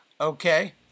okay